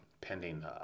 pending